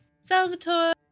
Salvatore